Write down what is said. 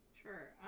Sure